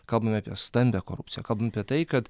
kalbame apie stambią korupciją kalbam apie tai kad